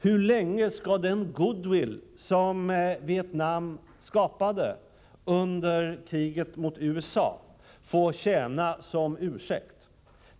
Hur länge skall den goodwill som Vietnam skapade under kriget mot USA få tjäna som ursäkt?